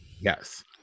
Yes